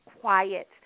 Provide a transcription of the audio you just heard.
quiet